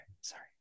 Sorry